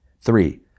Three